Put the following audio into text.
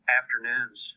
afternoons